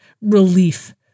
relief